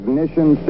Ignition